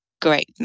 great